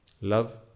Love